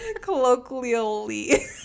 Colloquially